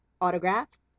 Autographs